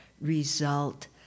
result